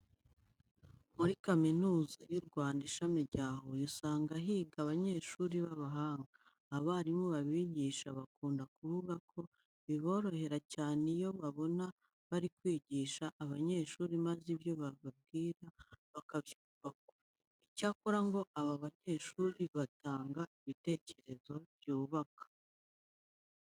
Muri Kaminuza y'u Rwanda, Ishami rya Huye usanga higa abanyeshuri b'abahanga. Abarimu babigisha bakunda kuvuga ko biborohera cyane iyo babona bari kwigisha abanyeshuri maze ibyo bababwira bakabyumva vuba. Icyakora ngo aba banyeshuri batanga ibitekerezo byubaka.